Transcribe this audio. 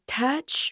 touch